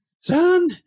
Son